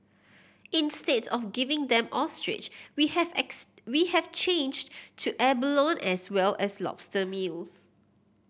instead of giving them ostrich we have we have changed to abalone as well as lobster meals